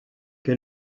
que